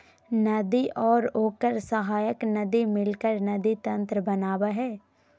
नदी और ओकर सहायक नदी मिलकर नदी तंत्र बनावय हइ